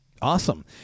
Awesome